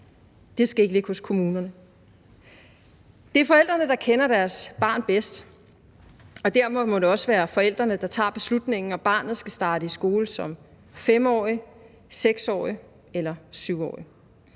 Det skal ikke ligge hos kommunerne. Det er forældrene, der kender deres barn bedst, og derfor må det også være forældrene, der tager beslutningen, om barnet skal starte i skole som 5-årig, 6-årig eller 7-årig.